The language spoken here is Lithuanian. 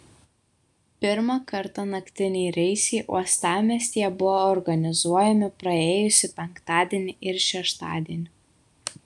pirmą kartą naktiniai reisai uostamiestyje buvo organizuojami praėjusį penktadienį ir šeštadienį